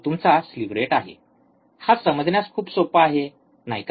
तो तुमचा slew rate आहे हा समजण्यास खूप सोपा आहे नाही का